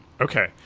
Okay